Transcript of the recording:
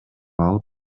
алып